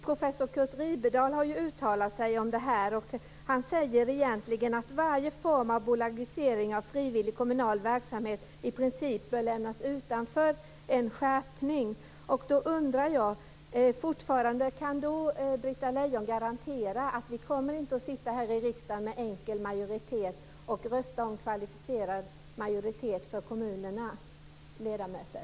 Professor Curt Riberdahl har ju uttalat sig om detta, och han säger att varje form av bolagisering av frivillig kommunal verksamhet i princip bör lämnas utanför en skärpning. Jag undrar om Britta Lejon kan garantera att vi inte kommer att sitta här i riksdagen och med enkel majoritet rösta om kvalificerad majoritet för kommunernas ledamöter.